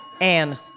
Anne